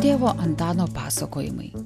tėvo antano pasakojimai